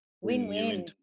Win-win